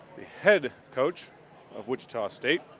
head coach of wichita state,